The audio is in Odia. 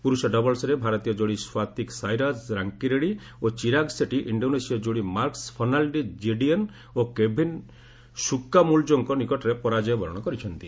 ପୁରୁଷ ଡବଲ୍ସ୍ରେ ଭାରତୀୟ ଯୋଡ଼ି ସାତ୍ତ୍ୱିକ୍ ସାଇରାଜ୍ ରାଙ୍କିରେଡ୍ମୀ ଓ ଚିରାଗ୍ ସେଟି ଇଣ୍ଡୋନେସୀୟ ଯୋଡ଼ି ମାର୍କସ୍ ଫର୍ଷାଲ୍ଡି କିଡେଅନ୍ ଓ କେଭିନ୍ ସୁକାମୁଲ୍ଜୋଙ୍କ ନିକଟରେ ପରାଜୟ ବରଣ କରିଛନ୍ତି